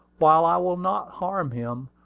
while i will not harm him,